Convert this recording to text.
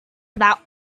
without